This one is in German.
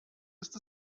ist